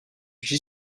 j’y